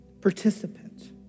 participant